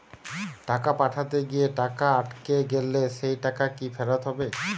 টাকা পাঠাতে গিয়ে টাকা আটকে গেলে সেই টাকা কি ফেরত হবে?